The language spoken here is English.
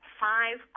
five